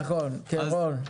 נכון רון.